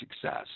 success